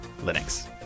Linux